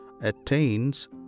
attains